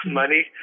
money